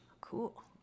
Cool